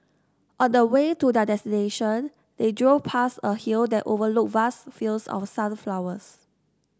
on the way to their destination they drove past a hill that overlooked vast fields of sunflowers